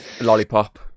Lollipop